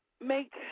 make